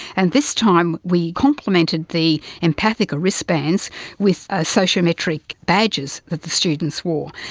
and this time we complemented the empatica wristbands with ah socio-metric badges that the students wore.